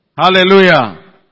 Hallelujah